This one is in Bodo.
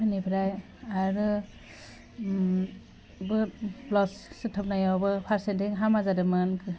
बेनिफ्राय आरो ब्लाउस सुथाबनायावबो फारसेथिं हामा जादोंमोन